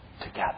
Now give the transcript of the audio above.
together